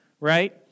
right